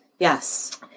Yes